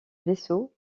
vaisseau